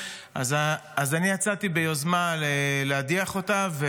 יצאתי ביוזמה להדיח אותה.